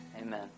Amen